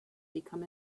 become